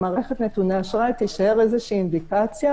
במערכת נתוני האשראי תישאר איזושהי אינדיקציה